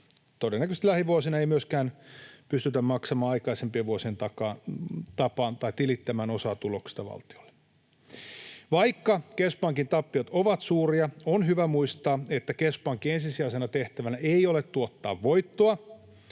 todennäköisesti lähivuosina ei myöskään pystytä aikaisempien vuosien tapaan tilittämään osaa tuloksesta valtiolle. Vaikka keskuspankin tappiot ovat suuria, on hyvä muistaa, että keskuspankin ensisijaisena tehtävänä ei ole tuottaa voittoa